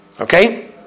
Okay